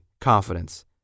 confidence